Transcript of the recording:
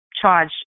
charge